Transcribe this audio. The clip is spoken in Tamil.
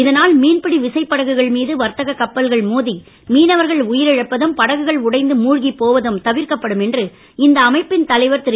இதனால் மீன்பிடி விசைப்படகுகள் மீது வர்த்தக கப்பல்கள் மோதி மீனவர்கள் உயிரிழப்பதும் படகுகள் உடைந்து மூழ்கி போவதும் தவிர்க்கப்படும் என்று இந்த அமைப்பின் தலைவர் திரு